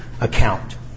account